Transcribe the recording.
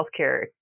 healthcare